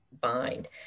bind